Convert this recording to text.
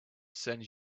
sends